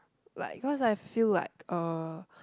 like cause I feel like uh